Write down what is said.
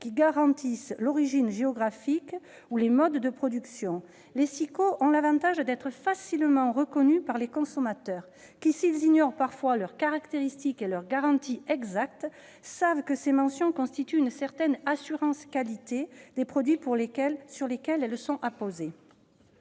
qui garantissent l'origine géographique ou les modes de production. Les SIQO ont l'avantage d'être facilement reconnus par les consommateurs, qui, s'ils ignorent parfois leurs caractéristiques et leurs garanties exactes, savent que ces mentions constituent une certaine assurance-qualité des produits sur lesquels elles sont apposées.